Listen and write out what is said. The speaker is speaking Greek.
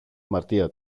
αμαρτία